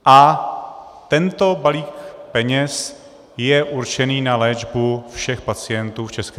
A tento balík peněz je určený na léčbu všech pacientů v ČR.